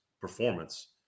performance